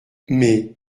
mais